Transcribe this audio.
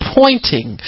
pointing